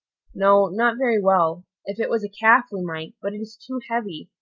no, not very well. if it was a calf, we might but it is too heavy,